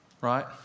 right